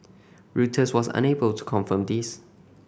Reuters was unable to confirm this